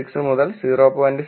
006 മുതൽ 0